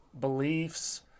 beliefs